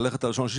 ללכת על ה-1.6,